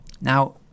now